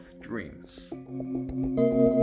dreams